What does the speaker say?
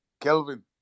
Kelvin